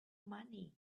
money